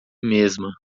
mesma